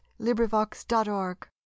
LibriVox.org